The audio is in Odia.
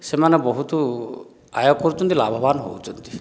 ସେମାନେ ବହୁତ ଆୟ କରୁଛନ୍ତି ଲାଭବାନ ହେଉଛନ୍ତି